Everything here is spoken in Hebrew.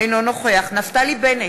אינו נוכח נפתלי בנט,